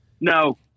No